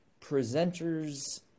presenters